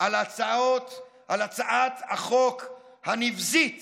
על הצעת החוק הנבזית